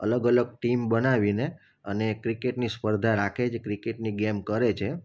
અલગ અલગ ટીમ બનાવીને અને ક્રિકેટની સ્પર્ધા રાખે છે ક્રિકેટની ગેમ કરે છે